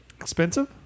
Expensive